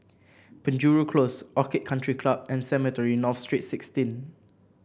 Penjuru Close Orchid Country Club and Cemetry North Street Sixteen